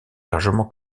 largement